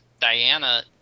Diana